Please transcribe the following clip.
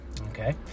Okay